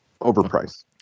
overpriced